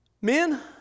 Men